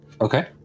Okay